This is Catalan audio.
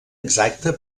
exacte